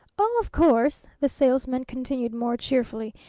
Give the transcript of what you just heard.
oh, of course, the salesman continued more cheerfully,